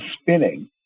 spinning